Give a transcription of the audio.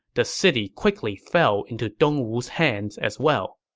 the city quickly fell into dongwu's hands as well